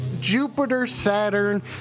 Jupiter-Saturn